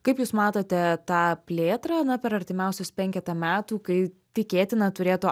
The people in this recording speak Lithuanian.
kaip jūs matote tą plėtrą na per artimiausius penketą metų kai tikėtina turėtų